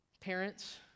Parents